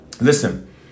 Listen